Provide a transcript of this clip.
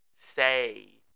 say